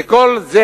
וכל זה,